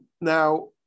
now